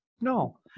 No